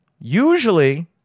usually